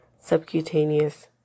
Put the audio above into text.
subcutaneous